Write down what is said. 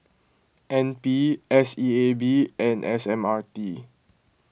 N P S E A B and S M R T